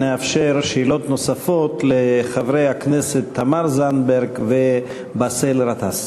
נאפשר שאלות נוספות לחברי הכנסת תמר זנדברג ובאסל גטאס.